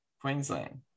Queensland